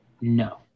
No